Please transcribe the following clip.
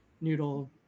noodle